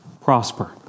prosper